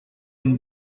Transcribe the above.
une